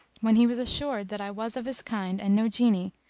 when he was assured that i was of his kind and no jinni,